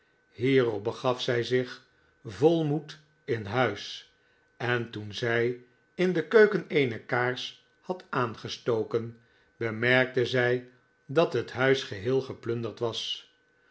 hierop begaf zij zich vol moed in huis en toen zij in de keuken eene kaars had aangestoken bemerkte zij dat het huis geheel geplunderd was